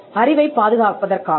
அறிவைப் பாதுகாப்பதற்காகவே